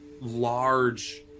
Large